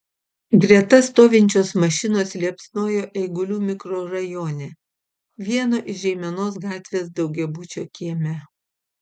greta stovinčios mašinos liepsnojo eigulių mikrorajone vieno iš žeimenos gatvės daugiabučio kieme